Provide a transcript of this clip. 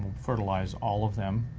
fertilize all of them,